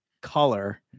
color